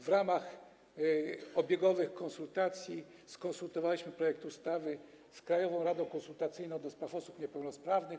W ramach obiegowych konsultacji skonsultowaliśmy projekt ustawy z Krajową Radą Konsultacyjną do Spraw Osób Niepełnosprawnych.